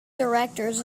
directors